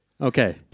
Okay